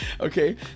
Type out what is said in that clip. Okay